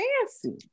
fancy